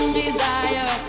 desire